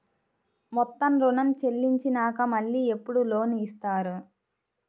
మొత్తం ఋణం చెల్లించినాక మళ్ళీ ఎప్పుడు లోన్ ఇస్తారు?